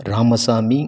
Ramasamy